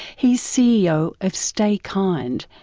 he's ceo of stay kind,